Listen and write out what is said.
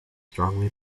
strongly